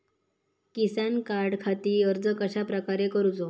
किसान कार्डखाती अर्ज कश्याप्रकारे करूचो?